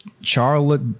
Charlotte